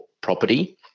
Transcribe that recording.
property